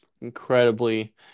incredibly